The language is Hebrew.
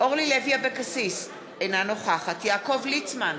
אורלי לוי אבקסיס, אינה נוכחת יעקב ליצמן,